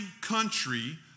country